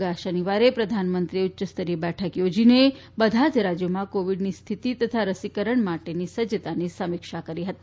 ગયા શનિવારે પ્રધાનમંત્રીએ ઉચ્યસ્તરીય બેઠક યોજીને બધા જ રાજ્યોમાં કોવીડની સ્થિતિ તથા રસીકરણ માટેની સજ્જતાની સમીક્ષા કરી હતી